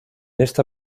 esta